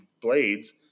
blades